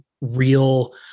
real